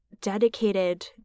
dedicated